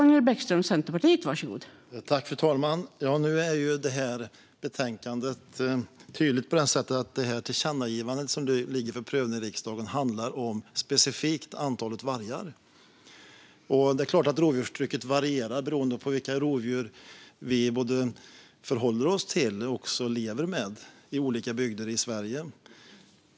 Fru talman! Detta betänkande är tydligt på så sätt att det tillkännagivande som nu ligger för prövning i riksdagen specifikt handlar om antalet vargar. Det är klart att rovdjurstrycket varierar beroende på vilka rovdjur vi förhåller oss till och lever med i olika bygder i Sverige.